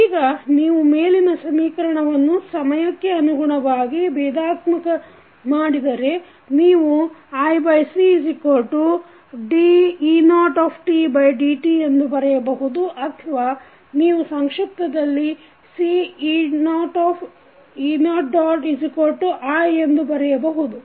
ಈಗ ನೀವು ಮೇಲಿನ ಸಮೀಕರಣವನ್ನು ಸಮಯಕ್ಕೆ ಅನುಗುಣವಾಗಿ ಬೇಧಾತ್ಮಕ ಮಾಡಿದರೆ ನೀವು iCde0dt ಎಂದು ಬರೆಯಬಹುದು ಅಥವಾ ನೀವು ಸಂಕ್ಷೀಪ್ತದಲ್ಲಿ Ce0i ಎಂದು ಬರೆಯಬಹುದು